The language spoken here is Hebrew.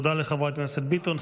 תודה לחברת הכנסת ביטון.